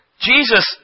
Jesus